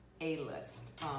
A-list